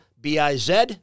B-I-Z